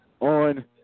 on